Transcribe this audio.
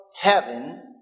heaven